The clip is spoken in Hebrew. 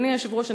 אדוני היושב-ראש,